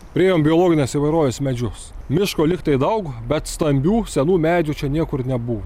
priėjom biologinės įvairovės medžius miško lygtai daug bet stambių senų medžių čia niekur nebuvo